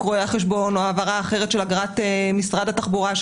רואי החשבון או העברה אחרת של אגרת משרד התחבורה,